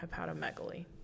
hepatomegaly